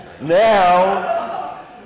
Now